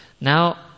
Now